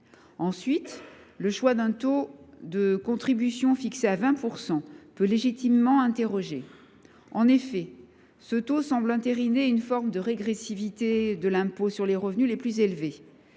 Ensuite, le choix d’un taux de contribution fixé à 20 % peut légitimement faire naître des doutes. En effet, ce taux semble entériner une forme de régressivité de l’impôt sur les revenus les plus élevés.